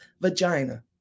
vagina